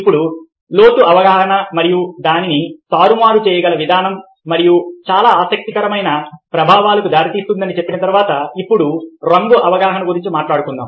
ఇప్పుడు లోతు అవగాహన మరియు దానిని తారుమారు చేయగల విధానం మరియు చాలా ఆసక్తికరమైన ప్రభావాలకు దారితీస్తుందని చెప్పిన తరువాత ఇప్పుడు రంగు అవగాహన గురించి మాట్లాడుకుందాం